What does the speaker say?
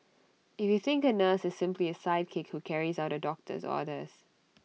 if you think A nurse is simply A sidekick who carries out A doctor's orders